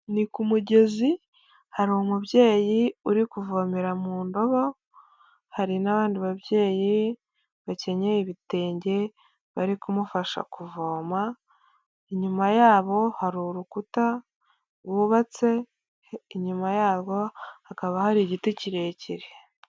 Ni ku mugezi, hari umubyeyi uri kuvomera mu ndobo, hari n'abandi babyeyi bakenyeye ibitenge bari kumufasha kuvoma, inyuma yabo hari urukuta rwubatse, inyuma yarwo hakaba hari igiti kirekire.